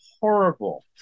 horrible